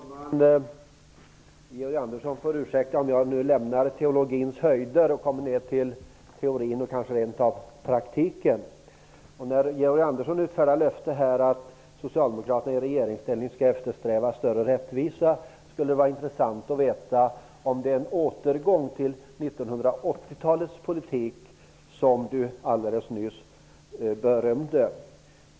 Herr talman! Georg Andersson får ursäkta om jag nu lämnar teologins höjder och kommer ner till teorin och kanske rent av praktiken. Georg Andersson utfärdar här löften om att Socialdemokraterna i regeringsställning skall eftersträva större rättvisa, och det skulle då vara intressant att veta om det är en återgång till 1980 talets politik som Georg Andersson alldeles nyss berömde.